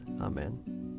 Amen